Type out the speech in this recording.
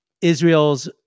Israel's